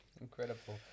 incredible